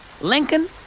Lincoln